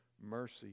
mercy